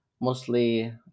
mostly